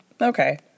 Okay